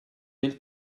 del